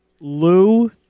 lou